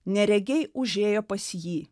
neregiai užėjo pas jį